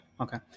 Okay